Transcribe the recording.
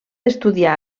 estudiar